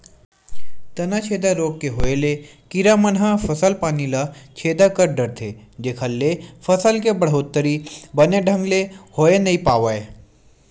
तनाछेदा रोग के होय ले कीरा मन ह फसल पानी मन ल छेदा कर डरथे जेखर ले फसल के बड़होत्तरी बने ढंग ले होय नइ पावय